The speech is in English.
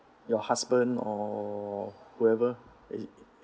your husband or whoever